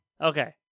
Okay